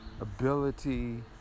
ability